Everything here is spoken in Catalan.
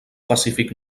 pacífic